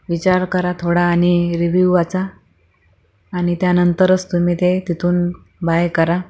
विचार करा थोडा आणि रिव्ह्यू वाचा आनि त्यानंतरच तुम्ही तिथून ते बाय करा